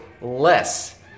less